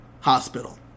hospital